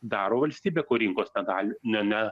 daro valstybė kur rinkos negali ne ne